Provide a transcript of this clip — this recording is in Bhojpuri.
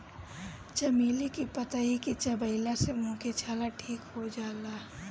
चमेली के पतइ के चबइला से मुंह के छाला ठीक हो जाला